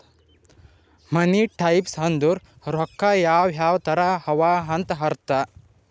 ಮನಿ types ಅಂದುರ್ ರೊಕ್ಕಾ ಯಾವ್ ಯಾವ್ ತರ ಅವ ಅಂತ್ ಅರ್ಥ